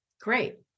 great